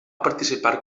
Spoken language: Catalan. participar